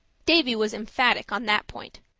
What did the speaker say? davy was emphatic on that point.